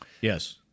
Yes